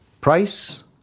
Price